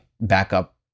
backup